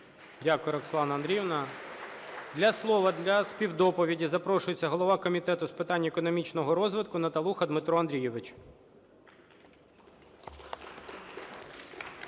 Дякую, Роксолана Андріївна. Для слова, для співдоповіді запрошується голова Комітету з питань економічного розвитку Наталуха Дмитро Андрійович.